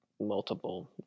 multiple